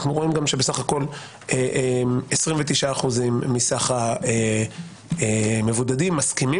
אנחנו גם רואים שבסך הכול 29% מסך המבודדים מסכימים